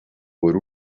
por